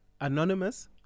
Anonymous